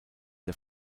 der